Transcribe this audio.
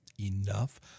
enough